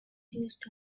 used